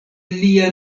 lia